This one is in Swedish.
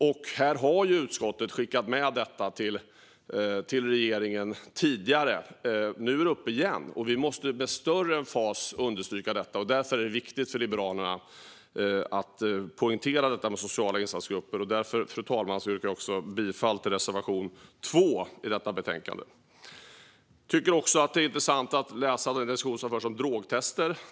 Utskottet har skickat med detta till regeringen tidigare. Nu är det uppe igen. Vi måste med större emfas understryka detta. Därför är det viktigt för Liberalerna att poängtera detta med sociala insatsgrupper. Jag yrkar därför bifall till reservation 2 i detta betänkande. Jag tycker att det är intressant att läsa den reservation som finns om drogtester.